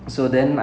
ya